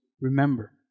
remember